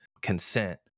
consent